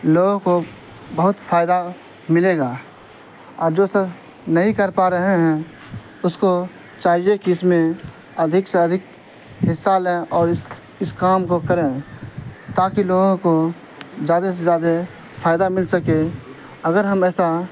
لوگوں کو بہت فائدہ ملے گا اور جو سر نہیں کر پا رہے ہیں اس کو چاہیے کہ اس میں ادھک سے ادھک حصہ لیں اور اس اس کام کو کریں تاکہ لوگوں کو زیادہ سے زیادہ فائدہ مل سکے اگر ہم ایسا